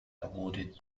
awarded